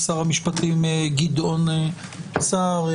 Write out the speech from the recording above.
שר המשפטים גדעון סער,